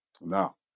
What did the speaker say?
Now